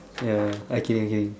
ya okay okay